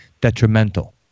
detrimental